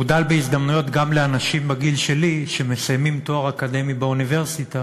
הוא דל בהזדמנויות גם לאנשים בגיל שלי שמסיימים תואר אקדמי באוניברסיטה